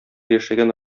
яшәгән